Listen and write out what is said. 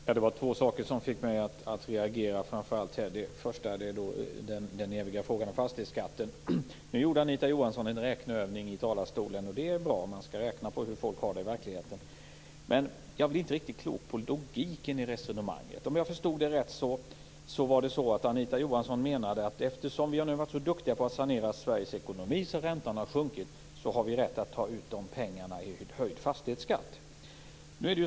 Herr talman! Det var några saker som framför allt fick mig att reagera. Den första är den eviga frågan om fastighetsskatten. Anita Johansson gjorde en räkneövning i talarstolen. Det är bra - man skall räkna på hur folk har det i verkligheten. Men jag blir inte riktigt klok på logiken i resonemanget. Om jag förstod det rätt menade Anita Johansson att eftersom vi nu har varit så duktiga på att sanera Sveriges ekonomi så att räntan har sjunkit så har vi rätt att ta ut de pengarna i höjd fastighetsskatt.